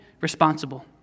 responsible